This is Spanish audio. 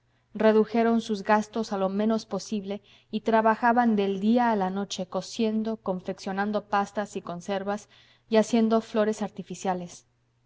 redujeron sus gastos a lo menos posible y trabajaban del día a la noche cosiendo confeccionando pastas y conservas y haciendo flores artificiales